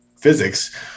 physics